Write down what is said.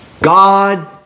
God